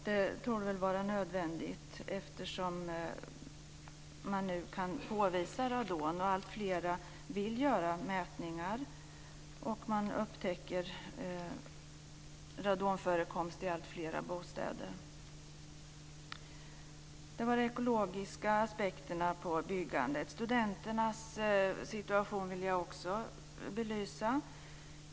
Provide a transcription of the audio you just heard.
Det torde vara nödvändigt eftersom man nu kan påvisa radon, alltfler vill göra mätningar och man upptäcker radonförekomst i alltfler bostäder. Det var de ekologiska aspekterna på byggandet. Studenternas situation vill jag också belysa.